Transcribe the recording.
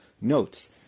notes